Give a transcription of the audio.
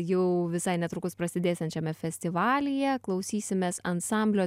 jau visai netrukus prasidėsiančiame festivalyje klausysimės ansamblio